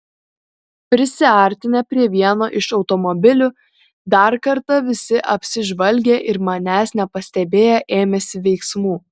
prisiartinę prie vieno iš automobilių dar kartą visi apsižvalgė ir manęs nepastebėję ėmėsi veiksmų